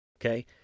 okay